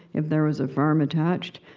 if there was a farm attached.